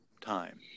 time